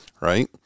right